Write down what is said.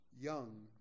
young